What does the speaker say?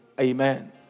Amen